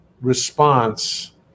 response